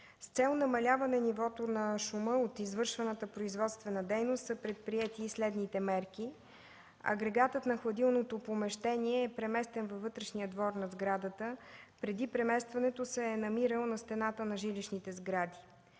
С цел намаляване нивото на шума от извършваната производствена дейност са предприети следните мерки: агрегатът на хладилното помещение е преместен във вътрешния двор на сградата. Преди преместването се е намирал на стената на жилищните сгради.